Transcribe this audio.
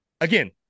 again